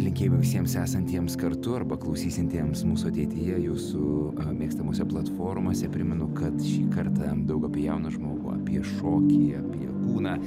linkėjimai visiems esantiems kartu arba klausysiantiems mūsų ateityje jūsų mėgstamuose platformose primenu kad šį kartą daug apie jauną žmogų apie šokį apie kūną